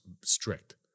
strict